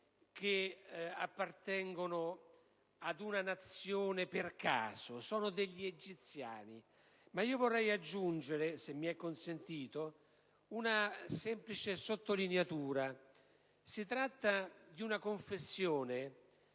che appartengono ad una Nazione per caso: sono degli egiziani. Ma io vorrei aggiungere, se mi è consentito, una semplice sottolineatura. Si tratta di una confessione